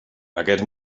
aquests